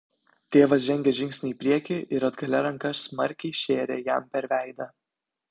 tėvas žengė žingsnį į priekį ir atgalia ranka smarkiai šėrė jam per veidą